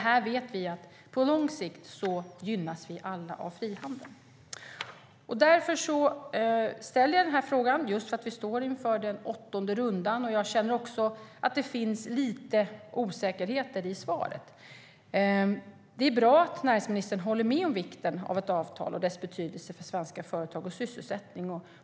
Vi vet dock att på lång sikt gynnas vi alla av frihandel. Det är bra att näringsministern håller med om vikten av ett avtal och dess betydelse för svenska företag och sysselsättningen.